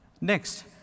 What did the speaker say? Next